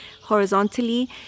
horizontally